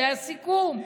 היה סיכום.